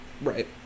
Right